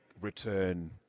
return